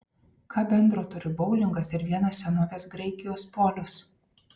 ką bendro turi boulingas ir vienas senovės graikijos polius